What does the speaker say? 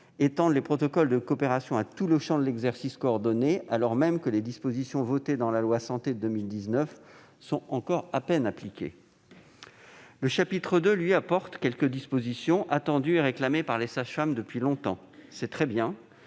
d'étendre les protocoles de coopération à tout le champ de l'exercice coordonné, alors même que les dispositions votées dans la loi Santé de 2019 sont encore à peine appliquées. Le chapitre II introduit quelques dispositions attendues et réclamées par les sages-femmes depuis longtemps. Même si